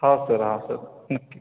हां सर हां सर नक्की